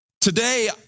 Today